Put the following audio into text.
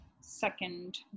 second